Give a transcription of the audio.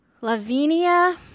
Lavinia